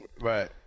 Right